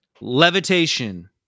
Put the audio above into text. Levitation